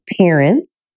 parents